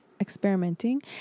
experimenting